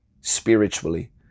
spiritually